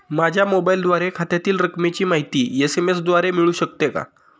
माझ्या मोबाईलवर खात्यातील रकमेची माहिती एस.एम.एस द्वारे मिळू शकते का?